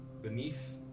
Beneath